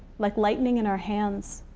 like lightning in our hands.